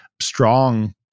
strong